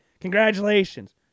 Congratulations